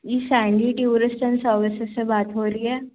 ji Sandy tourist and services से बात हो रही है